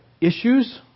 issues